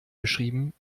geschrieben